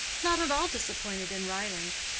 not at all disappointed in ryelands.